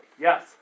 Yes